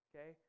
okay